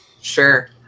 Sure